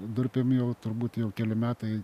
durpėm jau turbūt jau keli metai